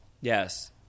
Yes